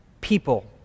people